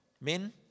Min